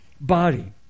body